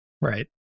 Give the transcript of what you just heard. Right